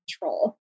control